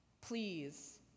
please